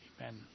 Amen